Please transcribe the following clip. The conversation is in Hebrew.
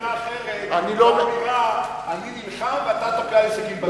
מדרגה אחרת ל"אני נלחם ואתה תוקע לי סכין בגב".